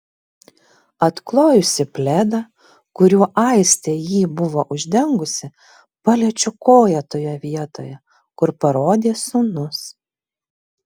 atklojusi pledą kuriuo aistė jį buvo uždengusi paliečiu koją toje vietoje kur parodė sūnus